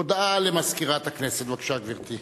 הודעה למזכירת הכנסת, בבקשה, גברתי.